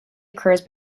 occurs